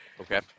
Okay